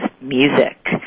music